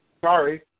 sorry